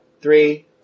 Three